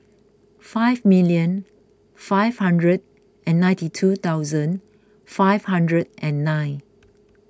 five million five hundred and ninety two thousand five hundred and nine